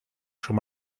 schon